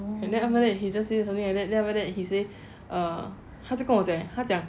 he just say something like that never that he say err 他就跟我讲他讲